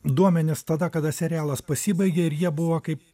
duomenis tada kada serialas pasibaigė ir jie buvo kaip